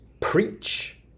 preach